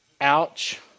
Ouch